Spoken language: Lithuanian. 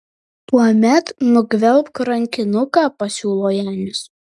tuomet nugvelbk rankinuką pasiūlo janis